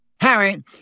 Harry